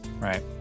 right